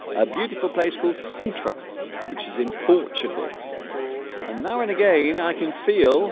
a beautiful place called sintra which is in portugal and now and again i can feel